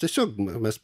tiesiog mes